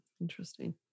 Interesting